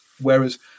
whereas